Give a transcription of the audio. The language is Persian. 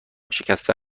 شکسته